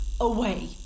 away